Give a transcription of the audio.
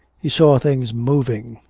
he saw things moving,